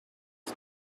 the